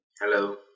Hello